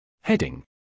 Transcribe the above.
Heading